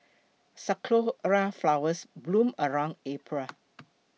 sakura flowers bloom around April